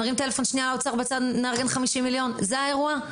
זה האירוע?